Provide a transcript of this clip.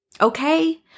Okay